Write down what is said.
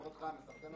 מסרטן אותך?